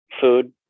Food